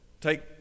Take